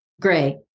Gray